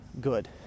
good